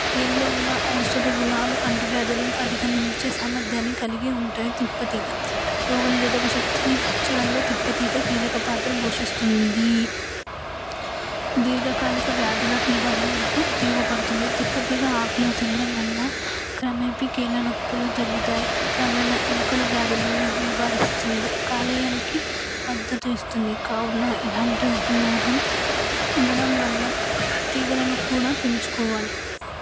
దీంట్లో ఉన్న ఔషధ గుణాలు అంటూ వ్యాధులను అధికమించే సామర్థ్యాన్ని కలిగి ఉంటాయి తిప్పతీగ రోగ నిరోధక శక్తిని పెంచడంలో తిప్పతీగ కీలకపాత్ర పోషిస్తుంది దీర్ఘకాలిక వ్యాధుల నివారణకు ఉపయోగపడుతుంది తిప్పతీగ ఆకుల తినడం వల్ల క్రమేపి కీళ్ళనొప్పులు తగ్గుతాయి క్రమేణా ఎముకల వ్యాధులను నివారిస్తుంది కాలేయానికి మద్దత్తు ఇస్తుంది కావున ఇలాంటి ఉపయోగం ఉండడం వలన తీగలను కూడా పెంచుకోవాలి